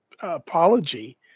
apology